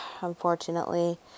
unfortunately